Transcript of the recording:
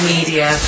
Media